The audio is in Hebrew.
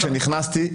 כשנכנסתי,